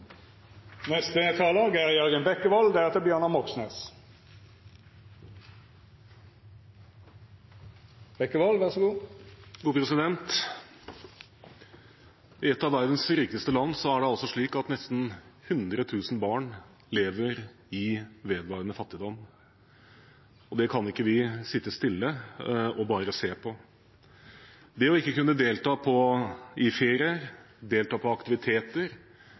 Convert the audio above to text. I et av verdens rikeste land er det altså slik at nesten 100 000 barn lever i vedvarende fattigdom, og det kan vi ikke sitte stille og bare se på. Det å ikke kunne dra på ferie, delta på aktiviteter,